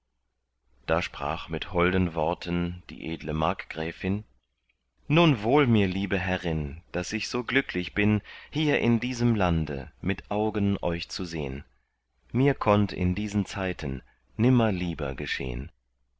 da sprach mit holden worten die edle markgräfin nun wohl mir liebe herrin daß ich so glücklich bin hier in diesem lande mit augen euch zu sehn mir konnt in diesen zeiten nimmer lieber geschehn